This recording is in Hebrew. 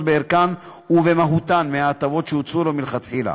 בערכן ובמהותן מההטבות שהוצעו לו מלכתחילה.